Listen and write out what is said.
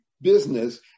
business